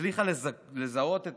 שהצליחה לזהות את